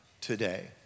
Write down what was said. today